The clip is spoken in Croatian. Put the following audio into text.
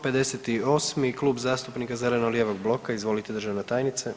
58., Kluba zastupnika zeleno-lijevog bloka, izvolite državna tajnice.